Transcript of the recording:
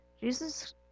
Jesus